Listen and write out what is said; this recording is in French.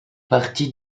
partie